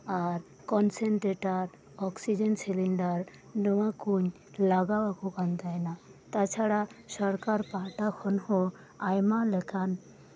ᱟᱨ concentrator oxygen cylinder ᱱᱚᱣᱟ ᱠᱚᱧ ᱞᱟᱜᱟᱣ ᱟᱠᱚ ᱠᱟᱱ ᱛᱟᱸᱦᱮᱱᱟ ᱛᱟᱪᱷᱟᱲᱟ ᱥᱚᱨᱠᱟᱨ ᱯᱟᱦᱴᱟ ᱥᱮᱱ ᱦᱚᱸ ᱟᱭᱢᱟ ᱞᱮᱠᱟᱱ